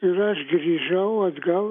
ir aš grįžau atgal